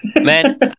Man